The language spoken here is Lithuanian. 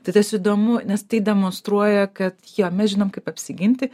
tai tas įdomu nes tai demonstruoja kad jo mes žinom kaip apsiginti